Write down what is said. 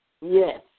Yes